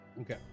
Okay